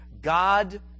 God